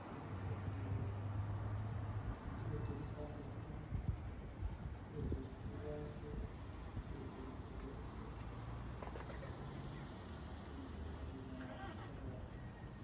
Ati mtwete mti mtwete msanduku, mtwete mfuru vaeshe, mtwete mwaresi so mti ambazo na msafarasi